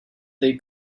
they